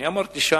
אני אמרתי שם: